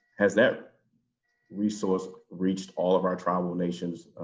has that resource reached all of our tribal nations,